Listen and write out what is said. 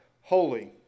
Holy